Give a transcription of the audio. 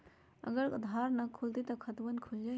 अगर आधार न होई त खातवन खुल जाई?